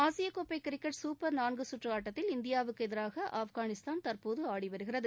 ஆசியக் கோப்பை cricket super நான்கு சுற்று ஆட்டத்தில் இந்தியாவுக்கு எதிராக ஆப்கானிஸ்தான் தற்போது ஆடிவருகிறது